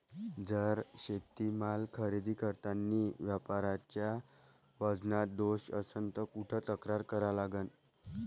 जर शेतीमाल खरेदी करतांनी व्यापाऱ्याच्या वजनात दोष असन त कुठ तक्रार करा लागन?